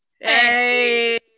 Hey